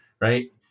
right